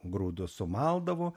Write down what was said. grūdus sumaldavo